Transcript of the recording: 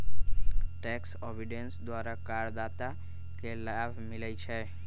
tax avoidance द्वारा करदाता के लाभ मिलइ छै